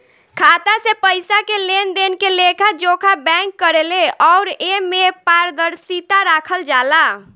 खाता से पइसा के लेनदेन के लेखा जोखा बैंक करेले अउर एमे पारदर्शिता राखल जाला